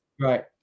right